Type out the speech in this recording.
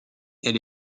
elle